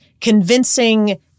convincing